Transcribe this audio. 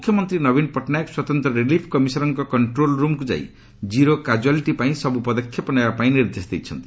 ମୁଖ୍ୟମନ୍ତ୍ରୀ ନବୀନ ପଟ୍ଟନାୟକ ସ୍ୱତନ୍ତ୍ର ରିଲିଫ କମିଶନରଙ୍କ କଣ୍ଟ୍ରୋଲ ରୁମ୍କୁ ଯାଇ ଜିରୋ କାଜୁଆଲିଟି ପାଇଁ ସବୁ ପଦକ୍ଷେପ ନେବାପାଇଁ ନିର୍ଦ୍ଦେଶ ଦେଇଛନ୍ତି